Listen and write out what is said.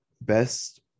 best